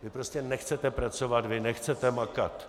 Vy prostě nechcete pracovat, vy nechcete makat.